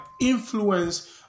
influence